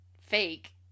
fake